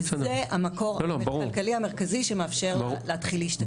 וזה המקור הכלכלי המרכזי שמאפשר לה להתחיל להשתקם.